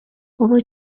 بابا